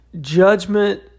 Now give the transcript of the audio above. Judgment